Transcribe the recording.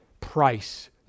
price